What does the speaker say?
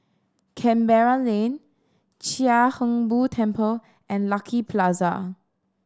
Canberra Lane Chia Hung Boo Temple and Lucky Plaza